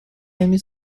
نمی